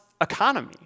economy